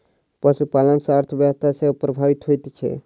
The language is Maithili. पशुपालन सॅ अर्थव्यवस्था सेहो प्रभावित होइत छै